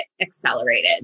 accelerated